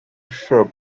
shrub